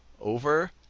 over